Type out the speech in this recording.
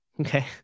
okay